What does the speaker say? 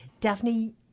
Daphne